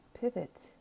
pivot